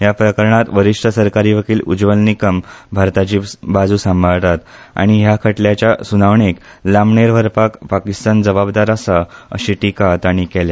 ह्या प्रकरणात वरिष्ट सरकारी वकिल उजवल निकम भारताची बाज़ु सांबाळतात आनी ह्या खटल्याच्या सुनावणेक उशिर लागपाक पाकिस्तान जवाबदार आसा अशी टिका ताणी केल्या